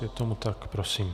Je tomu tak, prosím.